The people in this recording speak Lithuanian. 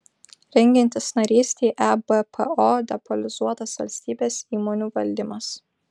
rengiantis narystei ebpo depolitizuotas valstybės įmonių valdymas